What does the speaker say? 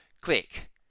Click